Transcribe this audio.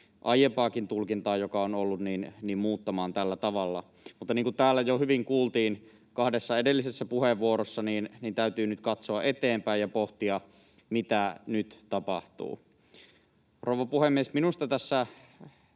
aiempaakin tulkintaa, joka on ollut, muuttamaan tällä tavalla. Mutta niin kuin täällä jo hyvin kuultiin kahdessa edellisessä puheenvuorossa, täytyy nyt katsoa eteenpäin ja pohtia, mitä nyt tapahtuu. Rouva puhemies! Minusta tämän